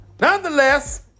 Nonetheless